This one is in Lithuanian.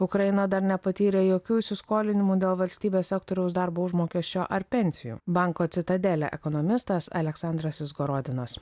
ukraina dar nepatyrė jokių įsiskolinimų dėl valstybės sektoriaus darbo užmokesčio ar pensijų banko citadele ekonomistas aleksandras izgorodinas